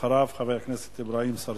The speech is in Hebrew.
אחריו, חבר הכנסת אברהים צרצור.